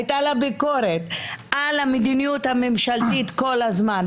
הייתה לה ביקורת על המדיניות הממשלתית כל הזמן,